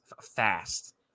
fast